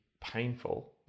painful